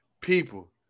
people